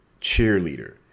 cheerleader